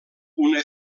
una